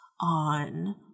on